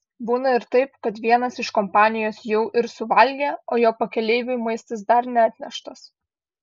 būna ir taip kad vienas iš kompanijos jau ir suvalgė o jo pakeleiviui maistas dar neatneštas